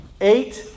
eight